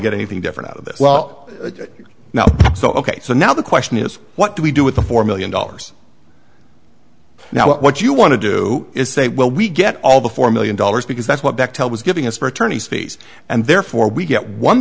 get anything different out of this well now so ok so now the question is what do we do with the four million dollars now what you want to do is say well we get all the four million dollars because that's what bechtel was giving us for attorney's fees and therefore we get one